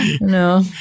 No